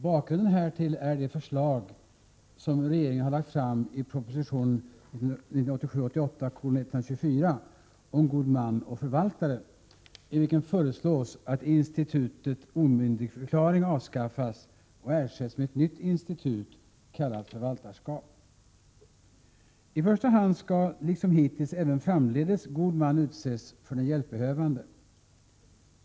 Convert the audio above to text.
Bakgrunden härtill är de förslag som regeringen har lagt fram i proposition 1987/88:124 om god man och förvaltare, i vilken föreslås att institutet omyndigförklaring avskaffas och ersätts med ett nytt institut, kallat förvaltarskap. I första hand skall liksom hittills även framledes god man utses för den hjälpbehövande.